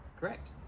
Correct